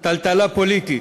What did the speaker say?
טלטלה פוליטית,